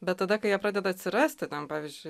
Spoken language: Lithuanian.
bet tada kai jie pradeda atsirasti ten pavyzdžiui